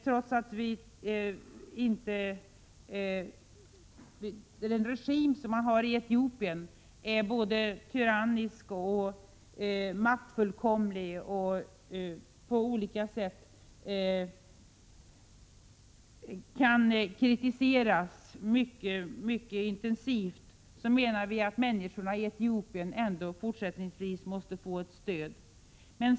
Trots att regimen i Etiopien är tyrannisk och maktfullkomlig och på olika sätt kan kritiseras mycket intensivt, menar vi att människorna i Etiopien ändå fortsättningsvis måste få stöd.